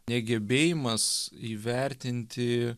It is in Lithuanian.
negebėjimas įvertinti